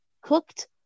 cooked